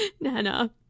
Nana